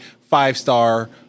five-star